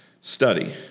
Study